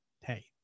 Hey